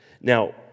Now